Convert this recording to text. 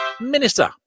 Minister